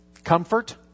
Comfort